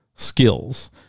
Skills